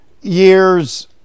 years